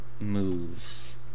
moves